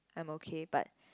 I'm okay but